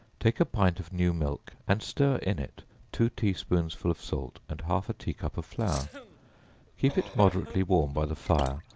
take a pint of new milk and stir in it two tea-spoonsful of salt, and half a tea-cup of flour keep it moderately warm by the fire,